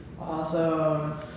Awesome